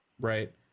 right